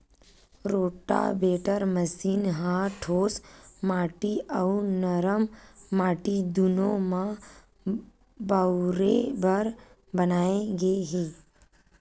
rotavator machine ह ठोस माटी अउ नरम माटी दूनो म बउरे बर बनाए गे हे